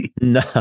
No